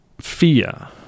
fear